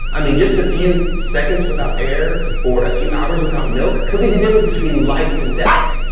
i mean, just a few seconds without air or a few hours without milk could be the difference between life and death.